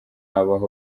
habaho